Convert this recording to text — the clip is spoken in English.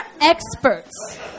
experts